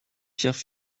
pierre